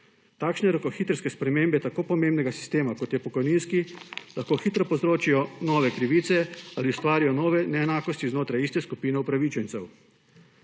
Takšne rokohitrske spremembe tako pomembnega sistema, kot je pokojninski, lahko hitro povzročijo nove krivice ali ustvarijo nove neenakosti znotraj iste skupine upravičencev.